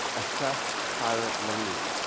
assess prior learning.